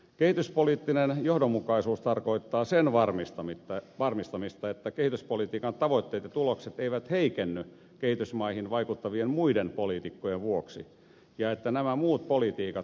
kehityspoliittinen johdonmukaisuus tarkoittaa sen varmistamista että kehityspolitiikan tavoitteet ja tulokset eivät heikenny kehitysmaihin vaikuttavien muiden politiikkojen vuoksi ja että nämä muut politiikat tukevat kehitystavoitteita